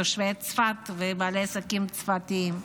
תושבי צפת ובעלי עסקים צפתיים.